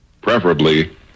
preferably